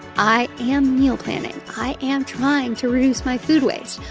i am meal planning. i am trying to reduce my food waste,